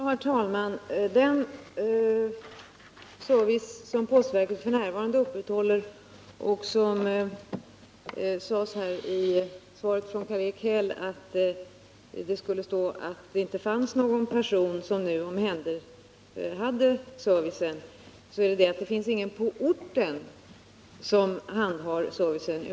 Herr talman! När det gäller den service som postverket f. n. upprätthåller sade Karl-Erik Häll att det skulle stå i svaret att det inte fanns någon person som nu hade hand om servicen. Det riktiga förhållandet är att det inte finns någon på orten som handhar servicen.